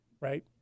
right